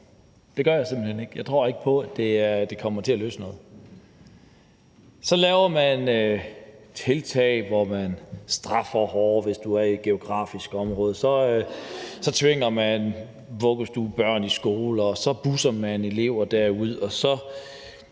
Det gør jeg simpelt hen ikke. Jeg tror ikke på, at det kommer til at løse noget. Så laver man tiltag, hvor man straffer hårdere, hvis man er i et bestemt geografisk område, så tvinger man børn i vuggestue, så busser man elever derud, og så